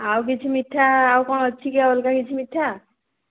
ଆଉ କିଛି ମିଠା ଆଉ କ'ଣ ଅଛିକି ଆଉ ଅଲଗା କିଛି ମିଠା